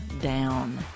down